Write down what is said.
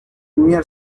premier